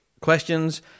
questions